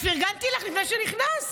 פרגנתי לך לפני שנכנסת.